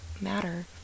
matter